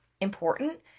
important